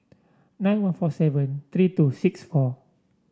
nine one four seven three two six four